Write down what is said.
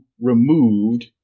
removed